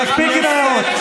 מספיק, מספיק עם ההערות.